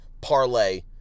Parlay